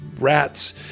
rats